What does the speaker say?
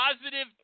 positive